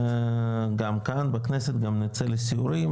גם כאן בכנסת גם נצא לסיורים,